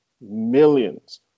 millions